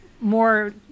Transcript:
more